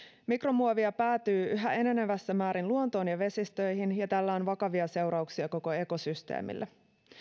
mikromuovia päätyy yhä enenevässä määrin luontoon ja vesistöihin ja tällä on vakavia seurauksia koko ekosysteemille